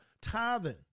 tithing